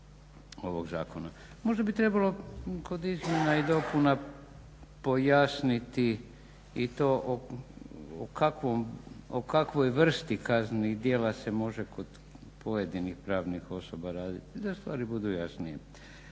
ovog zakona. Možda bi trebalo kod izmjena i dopunama pojasniti i to o kakvoj vrsti kaznenih djela se može kod pojedinih pravnih osoba raditi da stvari budu jasnije.